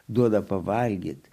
duoda pavalgyti